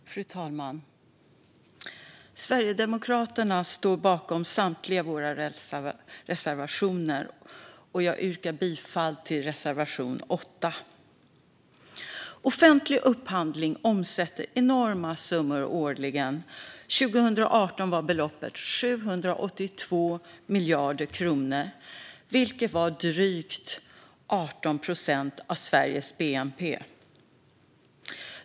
Fru talman! Vi i Sverigedemokraterna står bakom samtliga våra reservationer, och jag yrkar bifall till reservation 8. Offentlig upphandling omsätter enorma summor årligen. År 2018 var beloppet 782 miljarder kronor, vilket var drygt 18 procent av Sveriges bnp.